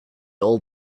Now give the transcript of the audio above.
old